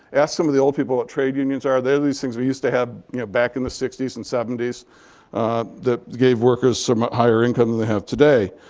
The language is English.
ask some of the old people what trade unions are. they're these things we used to have back in the sixty s and seventy s that gave workers some higher income than they have today.